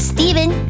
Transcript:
Steven